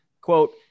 quote